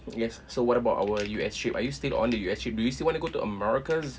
yes so what about our U_S trip are you still on the U_S trip do you still want to go to americas